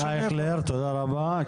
אני מדבר על הבעיות במכון.